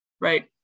right